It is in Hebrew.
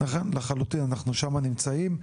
אכן לחלוטין אנחנו שם נמצאים.